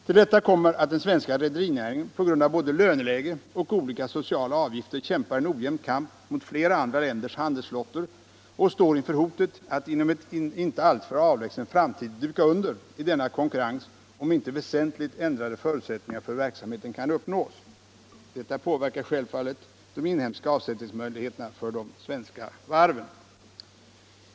Till detta kommer att den svenska rederinäringen på grund av både löneläge och olika sociala avgifter kämpar en ojämn kamp mot flera andra länders handelsflottor och står inför hotet att inom en inte alltför avlägsen framtid duka under i denna konkurrens om inte väsentligt ändrade förutsättningar för verksamheten kan uppnås. Detta påverkar självfallet de inhemska avsättningsmöjligheterna för de svenska varven.